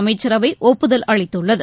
அமைச்சரவை ஒப்புதல் அளித்துள்ளது